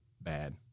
bad